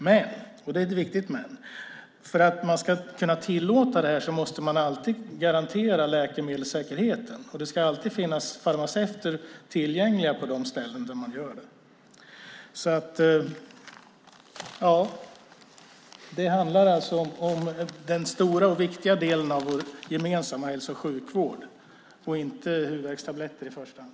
Men - och det är ett viktigt men - för att detta ska kunna tillåtas måste läkemedelssäkerheten alltid garanteras. Det ska alltid finnas farmaceuter tillgängliga på de ställen där sådana läkemedel säljs. Det handlar alltså om den stora och viktiga delen av vår gemensamma hälso och sjukvård, inte i första hand om huvudvärkstabletter.